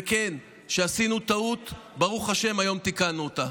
וכן, שעשינו טעות, וברוך השם, היום תיקנו אותה.